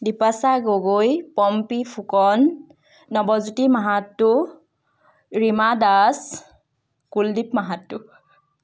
Dwipasha Gogoi Pompi Phukan Nabajyoti Mahato Rima Das Kuldeep Mahato